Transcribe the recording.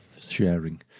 sharing